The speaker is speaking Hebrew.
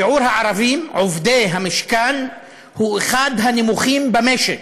שיעור הערבים עובדי המשכן הוא אחד הנמוכים במשק.